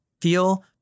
feel